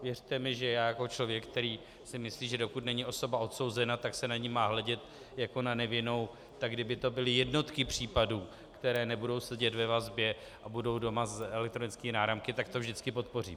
Věřte mi, že já jako člověk, který si myslí, že dokud není osoba odsouzena, tak se na ni má hledět jako na nevinnou, tak kdyby to byly jednotky případů, které nebudou sedět ve vazbě a budou doma s elektronickými náramky, tak to vždycky podpořím.